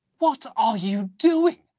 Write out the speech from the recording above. what are you doing?